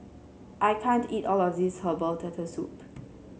I can't eat all of this Herbal Turtle Soup